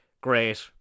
Great